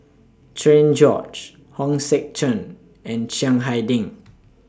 Cherian George Hong Sek Chern and Chiang Hai Ding